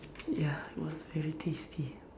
ya it was very tasty